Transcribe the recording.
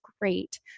great